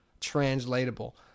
translatable